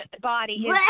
body